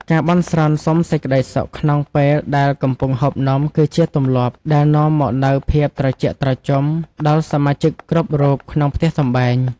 ការបន់ស្រន់សុំសេចក្ដីសុខក្នុងពេលដែលកំពុងហូបនំគឺជាទម្លាប់ដែលនាំមកនូវភាពត្រជាក់ត្រជុំដល់សមាជិកគ្រប់រូបក្នុងផ្ទះសម្បែង។